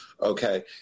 okay